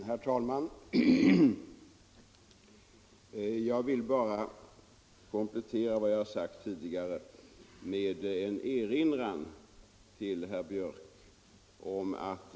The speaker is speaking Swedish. Herr talman! Jag vill komplettera vad jag tidigare sade med en erinran till herr Björck i Nässjö.